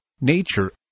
nature